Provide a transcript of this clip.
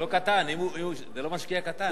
זה לא משקיע קטן.